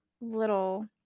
little